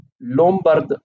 Lombard